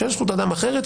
כשיש זכות אדם אחרת,